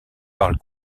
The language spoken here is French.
parle